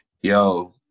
Yo